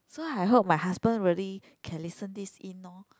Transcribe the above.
so I hope my husband really can listen this in lor